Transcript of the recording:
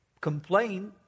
complain